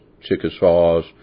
Chickasaws